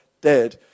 dead